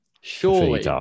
Surely